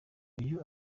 ubu